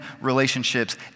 relationships